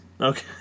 Okay